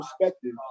perspective